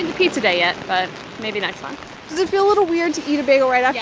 and pizza day yet, but maybe next month does it feel a little weird to eat a bagel right after